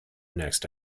next